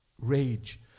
rage